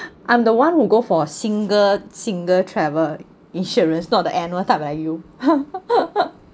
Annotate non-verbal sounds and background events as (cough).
I'm the one who go for single single travel insurance not the annual type like you (laughs)